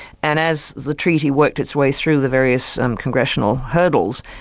and as the treaty worked its way through the various congressional hurdles,